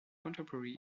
contemporary